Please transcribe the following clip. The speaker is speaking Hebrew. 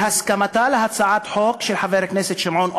בהסכמתה להצעת חוק של חבר הכנסת שמעון אוחיון,